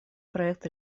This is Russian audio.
проект